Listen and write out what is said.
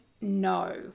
no